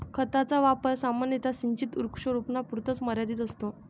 खताचा वापर सामान्यतः सिंचित वृक्षारोपणापुरता मर्यादित असतो